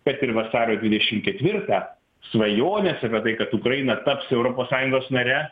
kad ir vasario dvidešim ketvirtą svajonės apie tai kad ukraina taps europos sąjungos nare